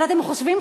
אבל אתם חושבים,